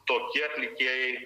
tokie atlikėjai